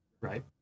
right